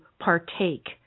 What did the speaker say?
partake